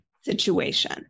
situation